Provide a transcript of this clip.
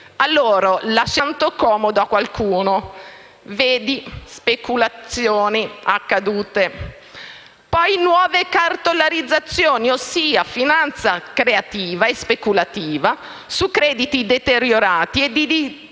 Ma faceva tanto comodo a qualcuno: vedi speculazioni accadute. Poi nuove cartolarizzazioni, ossia finanza creativa e speculativa su crediti deteriorati e di difficile